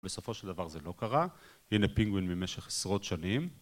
בסופו של דבר זה לא קרה, והנה פינגווין במשך עשרות שנים.